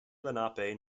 lenape